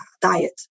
diet